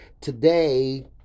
Today